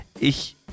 Ich